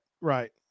right